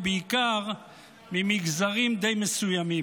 ובעיקר ממגזרים די מסוימים,